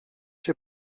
się